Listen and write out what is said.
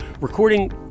recording